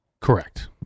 Correct